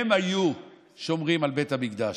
הם היו שומרים על בית המקדש.